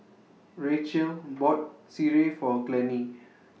Racheal bought Sireh For Glennie